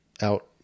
out